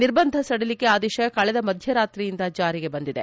ನಿರ್ಬಂಧ ಸಡಿಲಿಕೆ ಆದೇಶ ಕಳೆದ ಮಧ್ಯರಾತ್ರಿಯಿಂದ ಜಾರಿಗೆ ಬಂದಿದೆ